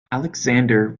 alexander